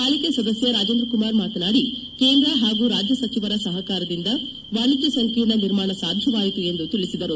ಪಾಲಿಕೆ ಸದಸ್ಯ ರಾಜೇಂದ್ರಕುಮಾರ್ ಮಾತನಾಡಿ ಕೇಂದ್ರ ಹಾಗೂ ರಾಜ್ಯ ಸಚಿವರ ಸಹಕಾರದಿಂದ ವಾಣಿಜ್ಯ ಸಂಕೀರ್ಣ ನಿರ್ಮಾಣ ಸಾಧ್ಯವಾಯಿತು ಎಂದು ತಿಳಿಸಿದರು